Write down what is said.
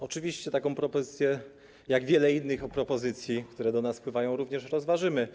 Oczywiście tę propozycję, jak wiele innych propozycji, które do nas wpływają, również rozważymy.